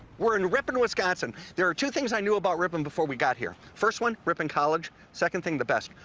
we're in ripon, wisconsin. there are two things i knew about ripon before we got here. first one, ripon college. second thing, the best.